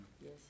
Yes